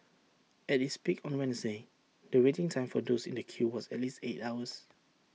at its peak on the Wednesday the waiting time for those in the queue was at least eight hours